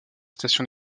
station